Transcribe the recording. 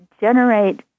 generate